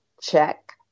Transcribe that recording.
check